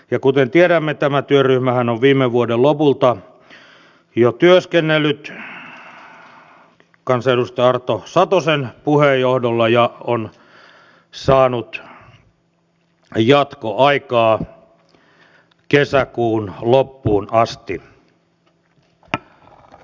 ja kuten tiedämme tämä työryhmähän on viime vuoden lopulta jo työskennellyt kansanedustaja arto satosen puheenjohdolla ja saanut jatkoaikaa kesäkuun loppuun asti